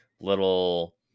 little